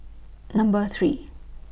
Number three